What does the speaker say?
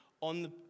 on